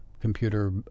computer